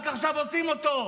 רק עכשיו עושים אותו.